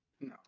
no